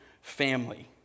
family